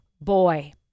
Boy